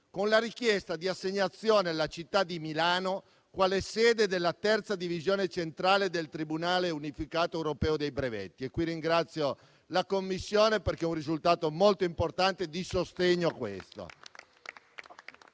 con la richiesta di assegnazione alla città di Milano della sede della terza divisione centrale del tribunale unificato europeo dei brevetti. Ringrazio la Commissione perché è un risultato molto importante e di sostegno a questo.